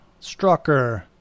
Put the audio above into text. Strucker